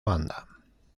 banda